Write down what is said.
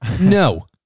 No